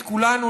את כולנו,